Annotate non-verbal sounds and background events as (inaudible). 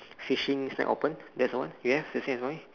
(breath) fishing shack open there's one yes the same as mine